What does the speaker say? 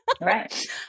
Right